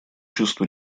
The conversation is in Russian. чувство